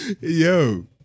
Yo